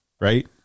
right